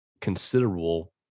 considerable